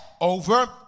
over